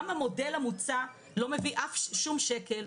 גם המודל המוצע לא מביא שום שקל,